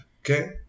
Okay